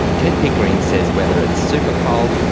ted pickering says whether it's supercoal,